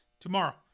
tomorrow